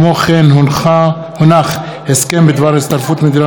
הסכם בדבר הצטרפות מדינת ישראל להסכם האג